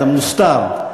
אתה מוסתר.